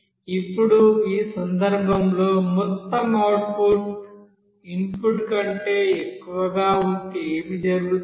ఇప్పుడు ఈ సందర్భంలో మొత్తం అవుట్పుట్ ఇన్పుట్ కంటే ఎక్కువగా ఉంటే ఏమి జరుగుతుంది